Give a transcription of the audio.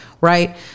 right